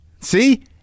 see